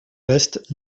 restes